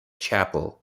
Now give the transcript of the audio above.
chapel